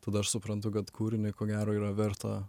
tada aš suprantu kad kūrinį ko gero yra verta